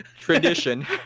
Tradition